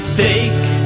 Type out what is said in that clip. fake